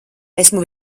esmu